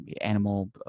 animal